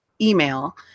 email